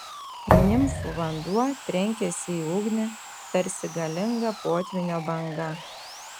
nimfų vanduo trenkėsi į ugnį tarsi galinga potvynio banga